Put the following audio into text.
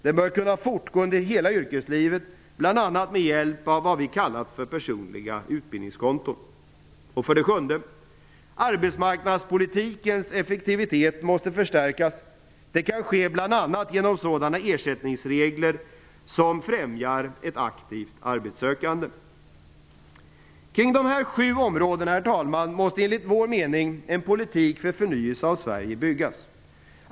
Den bör kunna fortgå under hela yrkeslivet, bl.a. med hjälp av vad vi kallar personliga utbildningskonton. 7. Arbetsmarknadspolitikens effektivitet måste förstärkas. Det kan ske bl.a. genom sådana ersättningsregler som främjar ett aktivt arbetssökande. Kring dessa sju områden måste, herr talman, enligt vår mening en politik för förnyelse av Sverige byggas.